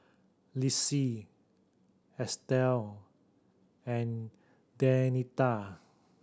Lisle Estelle and Denita